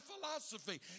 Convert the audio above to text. philosophy